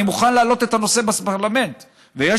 אני מוכן להעלות את הנושא בפרלמנט ויש